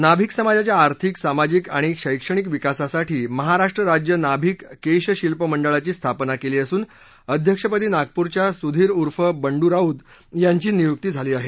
नाभिक समाजाच्या आर्थिक सामाजिक आणि शैक्षणिक विकासासाठी महाराष्ट्र राज्य नाभिक केश शिल्प मंडळाची स्थापना केली असून अध्यक्षपदी नागपूरच्या सुधीर उर्फ बंडू राऊत यांची नियुक्ती झाली आहे